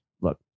look